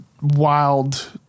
wild